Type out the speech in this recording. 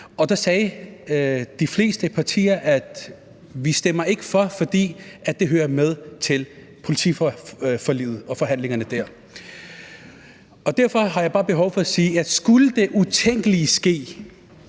Og de fleste partier sagde, at de ikke stemte for, fordi det hører med til politiforliget og forhandlingerne dér. Derfor har jeg bare behov for at sige, at skulle det utænkelige ske,